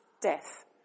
death